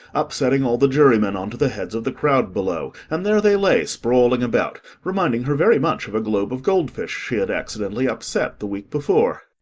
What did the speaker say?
upsetting all the jurymen on to the heads of the crowd below, and there they lay sprawling about, reminding her very much of a globe of goldfish she had accidentally upset the week before.